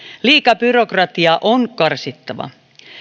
liika byrokratia on karsittava